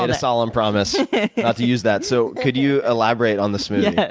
and solemn promise not to use that. so can you elaborate on the smoothie? yes,